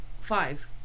Five